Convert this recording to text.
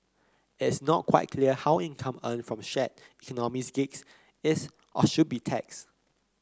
it is not quite clear how income earned from shared economy gigs is or should be taxed